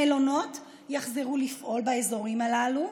המלונות יחזרו לפעול באזורים הללו,